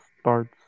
starts